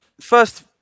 first